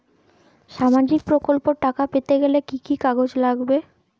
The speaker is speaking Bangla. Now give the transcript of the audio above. সামাজিক প্রকল্পর টাকা পেতে গেলে কি কি কাগজ লাগবে?